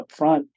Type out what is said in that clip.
upfront